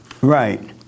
Right